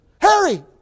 Harry